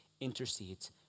intercedes